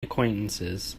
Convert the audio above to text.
acquaintances